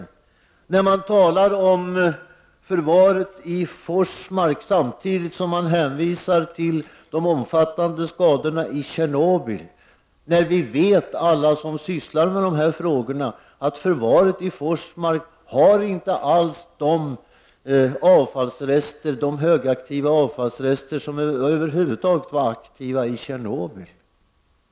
Samtidigt som man talar om förvaret i Forsmark hänvisar man till de omfattande skadorna i Tjernobyl, men alla vi som sysslar med dessa frågor vet att förvaret i Forsmark över huvud taget inte innehåller sådana högaktiva avfallsrester som förekom i Tjernobyl.